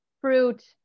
fruit